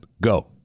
Go